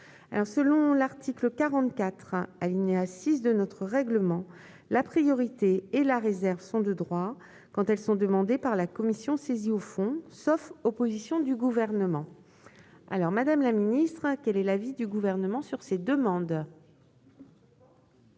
Selon l'article 44, alinéa 6, de notre règlement, la priorité et la réserve sont de droit quand elles sont demandées par la commission saisie au fond, sauf opposition du Gouvernement. Quel est l'avis du Gouvernement sur cette demande